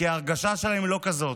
כי ההרגשה שלהם לא כזאת.